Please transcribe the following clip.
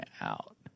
out